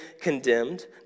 condemned